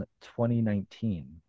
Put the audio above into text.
2019